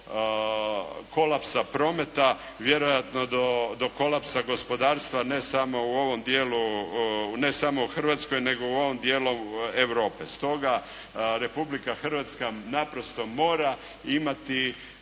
do kolapsa prometa, vjerojatno do kolapsa gospodarstva ne samo u ovom dijelu, ne samo u Hrvatskoj nego u ovom dijelu Europe. Stoga Republika Hrvatska naprosto mora imati